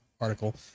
article